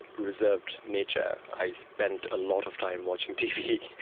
reserved nature. i spent a lot of time watching tv,